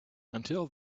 until